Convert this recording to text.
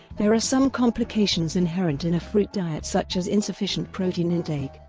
there are some complications inherent in a fruit diet such as insufficient protein intake.